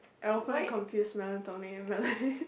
I often confuse melatonin and melanin